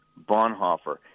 Bonhoeffer